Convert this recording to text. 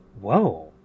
whoa